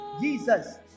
Jesus